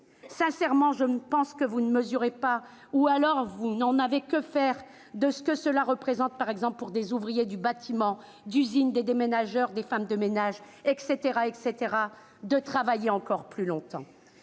Sincèrement, je pense que vous ne mesurez pas- ou alors vous n'en avez que faire -ce que cela représente, par exemple pour des ouvriers du bâtiment ou d'usine, des déménageurs ou des femmes de ménage, de travailler encore plus longtemps.